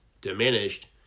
diminished